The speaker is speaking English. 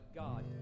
god